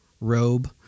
robe